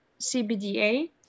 CBDA